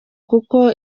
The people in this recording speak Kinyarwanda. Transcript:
kuko